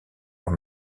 leur